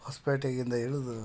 ಹೊಸ್ಪೇಟೆಯಿಂದ ಇಳಿದು